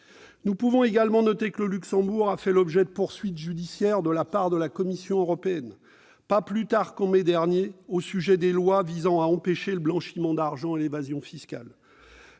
Il faut également noter que le Luxembourg a fait l'objet de poursuites judiciaires de la part de la Commission européenne, pas plus tard qu'au mois de mai dernier au sujet des lois visant à empêcher le blanchiment d'argent et l'évasion fiscale.